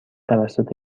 توسط